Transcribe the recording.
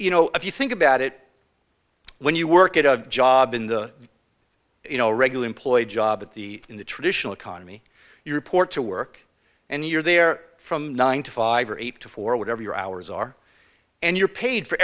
you know if you think about it when you work at a job in the you know regular employee job at the in the traditional economy you report to work and you're there from nine to five or eight to four whatever your hours are and you're paid for